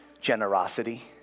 Generosity